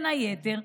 בין היתר,